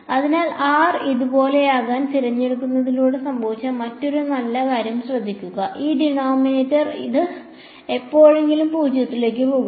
അതിനാൽ r ഇതുപോലെയാകാൻ തിരഞ്ഞെടുക്കുന്നതിലൂടെ സംഭവിച്ച മറ്റൊരു നല്ല കാര്യം ശ്രദ്ധിക്കുക ഈ ഡിനോമിനേറ്റർ അത് എപ്പോഴെങ്കിലും 0 ലേക്ക് പോകുമോ